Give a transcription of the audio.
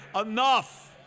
Enough